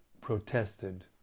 protested